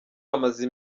amaze